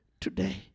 today